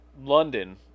London